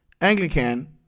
Anglican